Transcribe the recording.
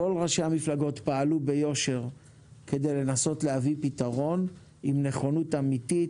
כל ראשי המפלגות פעלו ביושר כדי לנסות להביא פתרון עם נכונות אמיתית